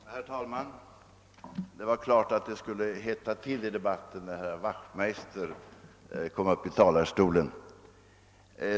Herr talman! Det var klart att det skulle hetta till i debatten när herr Wachtmeister kom upp i talarstolen.